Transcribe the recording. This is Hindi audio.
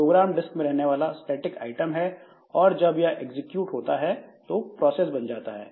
प्रोग्राम डिस्क में रहने वाला एक स्टेटिक आइटम है और जब यह एग्जीक्यूट होता है तो प्रोसेस बन जाता है